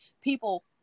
people